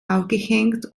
aufgehängt